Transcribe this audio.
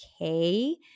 okay